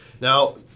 Now